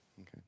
Okay